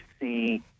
see